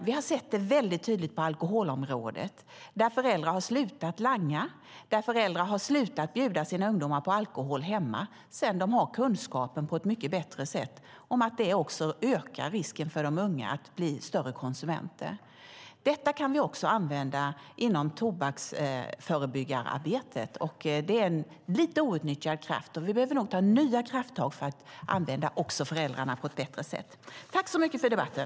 Vi har sett det väldigt tydligt på alkoholområdet, där föräldrar har slutat langa och bjuda sina ungdomar på alkohol hemma sedan de fått kunskap om att det också ökar risken för de unga att bli större konsumenter. Det kan vi också använda i det förebyggande arbetet när det gäller tobak. Det är en lite outnyttjad kraft. Vi behöver nog ta nya krafttag för att använda också föräldrarna på ett bättre sätt. Tack för debatten!